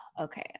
Okay